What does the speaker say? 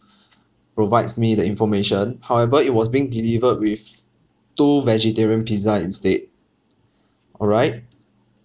provides me the information however it was being delivered with two vegetarian pizza instead all right